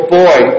boy